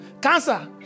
Cancer